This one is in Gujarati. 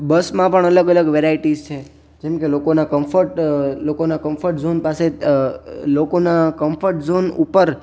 બસમાં પણ અલગ અલગ વેરાયટીઝ છે જેમ કે લોકોના કન્ફોર્ટ લોકોના કન્ફર્ટ લોકોના કન્ફર્ટ ઝોન પાસે લોકોના કન્ફોર્ટ ઝોન ઉપર